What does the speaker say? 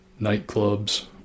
nightclubs